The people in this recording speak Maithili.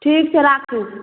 ठीक छै राखू